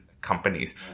companies